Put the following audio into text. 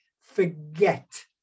forget